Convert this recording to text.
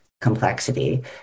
complexity